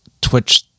Twitch